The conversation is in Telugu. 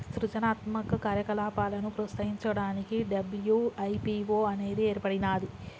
సృజనాత్మక కార్యకలాపాలను ప్రోత్సహించడానికి డబ్ల్యూ.ఐ.పీ.వో అనేది ఏర్పడినాది